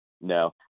no